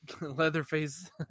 Leatherface